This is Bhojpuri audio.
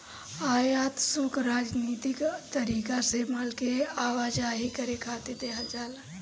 आयात शुल्क राजनीतिक तरीका से माल के आवाजाही करे खातिर देहल जाला